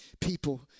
people